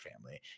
family